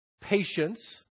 patience